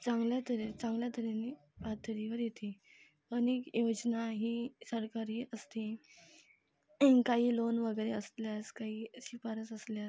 चांगल्या तऱ्हे चांगल्या तऱ्हेने येती आणि योजना ही सरकारी असते काही लोन वगरे असल्यास काई शिफारस असल्या